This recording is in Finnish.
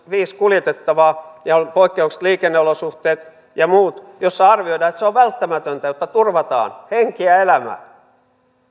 viisi kuljetettavaa ja on poikkeukselliset liikenneolosuhteet ja muut ja arvioidaan että se on välttämätöntä jotta turvataan henki ja elämä